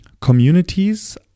communities